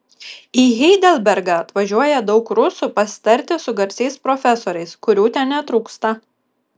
į heidelbergą atvažiuoja daug rusų pasitarti su garsiais profesoriais kurių ten netrūksta